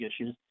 issues